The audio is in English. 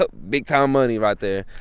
but big-time money right there.